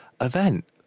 event